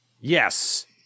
Yes